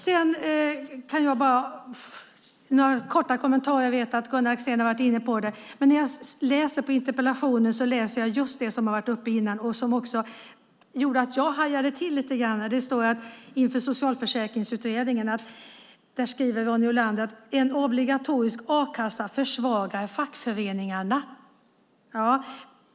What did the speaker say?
Sedan har jag bara några korta kommentarer. Jag vet att Gunnar Axén har varit inne på detta. När jag läser interpellationen läser jag just det som har varit uppe förut. Det gjorde också att jag hajade till lite grann. Inför Socialförsäkringsutredningen skriver Ronny Olander att en obligatorisk a-kassa försvagar fackföreningarna.